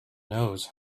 knows